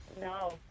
No